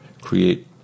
create